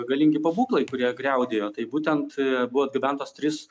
galingi pabūklai kurie griaudėjo tai būtent buvo atgabentos trys